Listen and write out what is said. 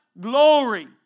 glory